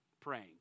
praying